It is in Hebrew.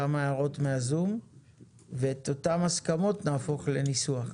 כמה הערות מהזום ואת אותן הסכמות נהפוך לניסוח.